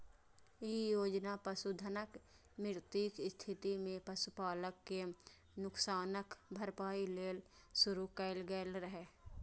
ई योजना पशुधनक मृत्युक स्थिति मे पशुपालक कें नुकसानक भरपाइ लेल शुरू कैल गेल रहै